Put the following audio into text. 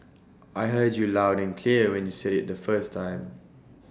I heard you loud and clear when you said IT the first time